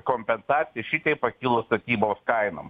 kompensacija šiteip pakilus statybos kainom